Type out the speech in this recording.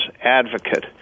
advocate